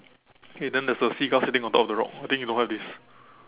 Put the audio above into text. okay then there is a seagull sitting on top of the rock I think you don't have this